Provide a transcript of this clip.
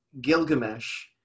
Gilgamesh